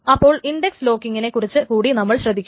അപ്പോൾ ഇൻഡക്സ് ലോക്കിങ്ങിനെ കുറിച്ച് കൂടി നമ്മൾ ശ്രദ്ധിക്കണം